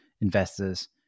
investors